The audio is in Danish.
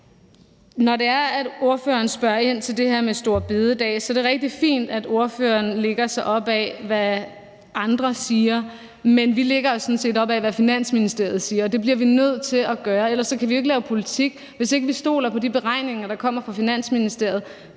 Når det er, at ordføreren spørger ind til det her med store bededag, er det rigtig fint, at ordføreren lægger sig op ad, hvad andre siger, men vi lægger os sådan set op ad, hvad Finansministeriet siger, og det bliver vi nødt til at gøre, for ellers kan vi ikke lave politik. Hvis ikke vi stoler på de beregninger, der kommer fra Finansministeriet,